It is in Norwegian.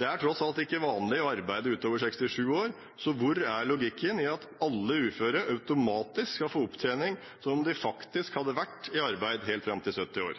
Det er tross alt ikke vanlig å arbeide utover 67 år, så hvor er logikken i at alle uføre automatisk skal få opptjening som om de faktisk hadde vært i arbeid helt fram til 70 år?